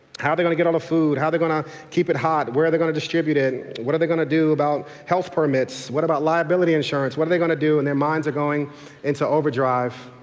how are they going to get all the food, how are they going to keep it hot, where are they going to distribute it, what are they going to do about health permits, what about liability insurance, what are they going to do and their minds are going into overdrive.